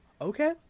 Okay